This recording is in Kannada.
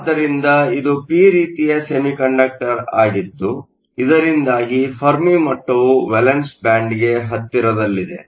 ಆದ್ದರಿಂದ ಇದು ಪಿ ರೀತಿಯ ಸೆಮಿಕಂಡಕ್ಟರ್ ಆಗಿದ್ದು ಇದರಿಂದಾಗಿ ಫೆರ್ಮಿ ಮಟ್ಟವು ವೇಲೆನ್ಸ್ ಬ್ಯಾಂಡ್ಗೆ ಹತ್ತಿರದಲ್ಲಿದೆ